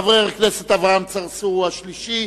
חבר הכנסת אברהים צרצור הוא השלישי,